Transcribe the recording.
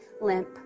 limp